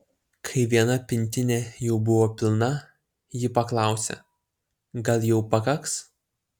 kai viena pintinė jau buvo pilna ji paklausė gal jau pakaks